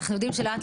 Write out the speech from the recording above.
אנחנו יודעים שלאט,